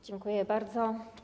Dziękuję bardzo.